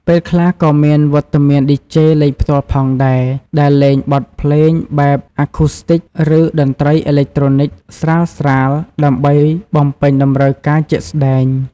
ពេលខ្លះក៏មានវត្តមានឌីជេ លេងផ្ទាល់ផងដែរ ដែលលេងបទភ្លេងបែប អាឃូស្ទីច ឬ តន្ត្រីអេឡិចត្រូនិច ស្រាលៗ ដើម្បីបំពេញតម្រូវការជាក់ស្តែង។